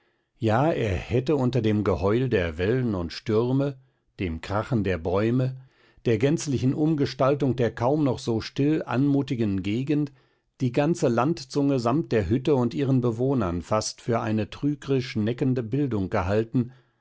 ja er hätte unter dem geheul der wellen und stürme dem krachen der bäume der gänzlichen umgestaltung der kaum noch so still anmutigen gegend die ganze landzunge samt der hütte und ihren bewohnern fast für eine trügrisch neckende bildung gehalten